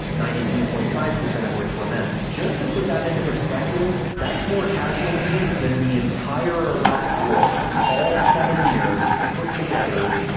ninety two point five of which were men. just to put that into perspective, that's more casualties than the entire iraq war, all seven years, put together,